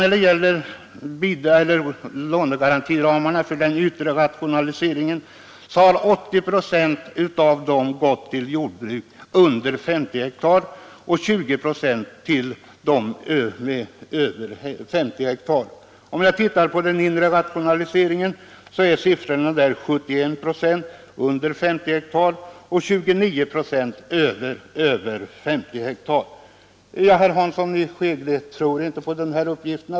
När det gäller lånegarantiramarna för den yttre rationaliseringen har 80 procent gått till jordbruk under 50 hektar och 20 procent till jordbruk över 50 hektar. När det gäller inre rationalisering är siffrorna 71 procent för jordbruk under 50 hektar och 29 procent för jordbruk över 50 hektar. Herr Hansson i Skegrie tvivlar på dessa uppgifter.